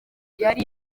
yari